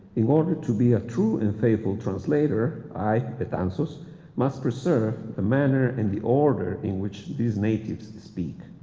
in order to be ah true and faithful translator, i, betanzos must preserve the manner and the order in which these natives speak,